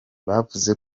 bavuze